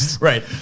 Right